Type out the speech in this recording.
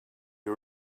you